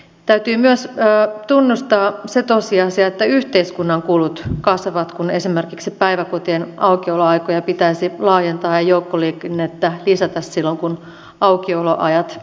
täytyy myös tunnustaa se tosiasia että yhteiskunnan kulut kasvavat kun esimerkiksi päiväkotien aukioloaikoja pitäisi laajentaa ja joukkoliikennettä lisätä silloin kun aukioloajat laajenevat